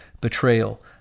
betrayal